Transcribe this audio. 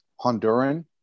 Honduran